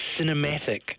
cinematic